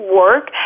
work